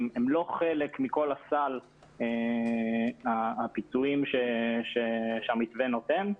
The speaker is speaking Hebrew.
הם לא חלק מכל סל הפיצויים שהמתווה נותן.